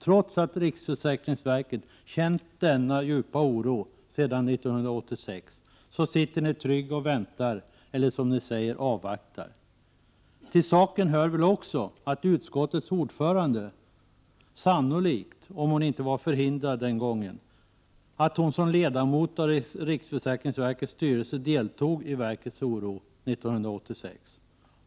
Trots att man på riksförsäkringsverket känt denna djupa oro sedan 1986 sitter ni tryggt och väntar, eller avvaktar som ni brukar säga. Till saken hör väl också att utskottets ordförande sannolikt, om hon inte var förhindrad vid detta tillfälle, som ledamot av riksförsäkringsverkets styrelse deltog i verkets oro 1986.